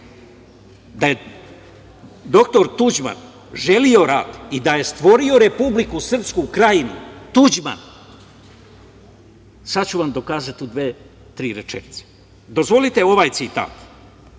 Da je doktor Tuđman želeo rat i da je stvorio Republiku Srpsku Krajinu, Tuđman, sada ću vam dokazati u dve, tri rečenice. Dozvolite, ovaj citat.